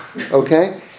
okay